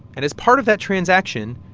and as part of that transaction,